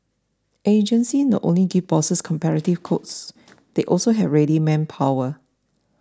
agencies not only give bosses competitive quotes they also have ready manpower